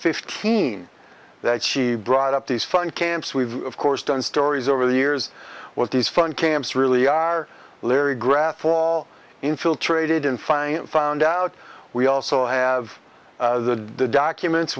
fifteen that she brought up these fun camps we've of course done stories over the years what these fun camps really are larry graph all infiltrated in fine found out we also have the documents